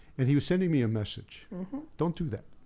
and he was sending me a message don't do that.